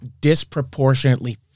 disproportionately